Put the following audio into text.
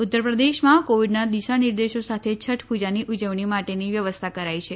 ઉત્તર પ્રદેશમાં કોવિડના દિશા નિર્દેશો સાથે છઠ પુજાની ઉજવણી માટેની વ્યવસ્થા કરાઈ છે